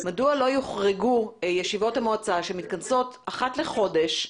לא יוחרגו ישיבות המועצה שמתכנסות אחת לחודש?